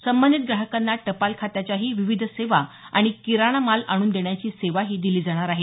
संबंधित ग्राहकांना टपाल खात्याच्याही विविध सेवा आणि किराणामाल आणून देण्याची सेवाही दिली जाणार आहे